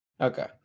Okay